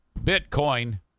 Bitcoin